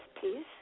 please